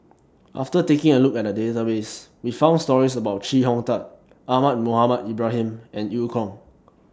after taking A Look At The Database We found stories about Chee Hong Tat Ahmad Mohamed Ibrahim and EU Kong